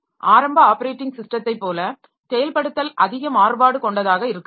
ஆரம்ப ஆப்பரேட்டிங் ஸிஸ்டத்தைப் போல செயல்படுத்தல் அதிக மாறுபாடு கொண்டதாக இருக்கலாம்